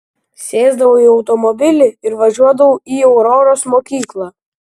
sėsdavau į automobilį ir važiuodavau į auroros mokyklą